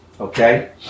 Okay